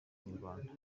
inyarwanda